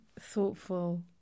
thoughtful